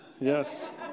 Yes